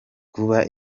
kuba